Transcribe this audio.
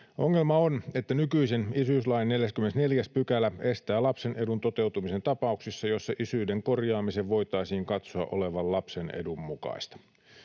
Ongelma on, että nykyisen isyyslain 44 § estää lapsen edun toteutumisen tapauksissa, joissa isyyden korjaamisen voitaisiin katsoa olevan lapsen edun mukaista.